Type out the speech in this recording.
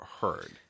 heard